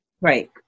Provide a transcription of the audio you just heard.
Right